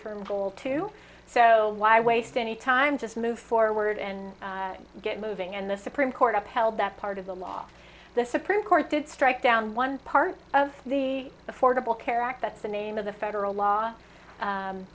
term goal to so why waste any time just move forward and get moving and the supreme court upheld that part of the law the supreme court did strike down one part of the affordable care act that's the name of the federal law